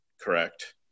correct